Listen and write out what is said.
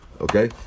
Okay